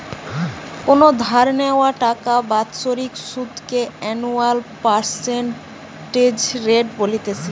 কোনো ধার নেওয়া টাকার বাৎসরিক সুধ কে অ্যানুয়াল পার্সেন্টেজ রেট বলতিছে